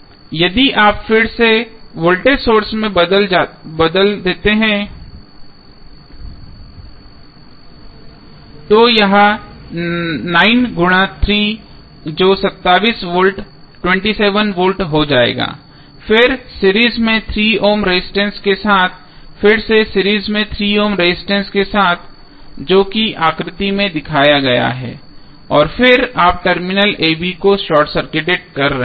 यदि आप फिर से वोल्टेज सोर्स में बदल सकते हैं तो यह 9 गुणा 3 जो 27 वोल्ट हो जाएगा फिर सीरीज में 3 ओम रेजिस्टेंस के साथ फिर से सीरीज में 3 ओम रेजिस्टेंस के साथ जो कि आकृति में दिया गया है और फिर आप टर्मिनल a b को शॉर्ट सर्किटेड कर रहे हैं